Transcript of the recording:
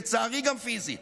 לצערי גם פיזית,